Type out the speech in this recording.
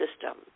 system